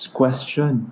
question